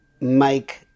make